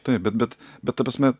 taip bet bet bet ta prasme